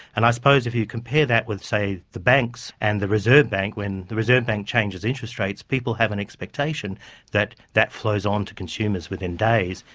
and i suppose if you compare that with, say, the banks, and the reserve bank, when the reserve bank changes interest rates, people have an expectation that that flows on to consumers within days.